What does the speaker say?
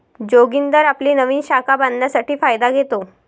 जोगिंदर आपली नवीन शाखा बांधण्यासाठी फायदा घेतो